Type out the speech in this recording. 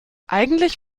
eigentlich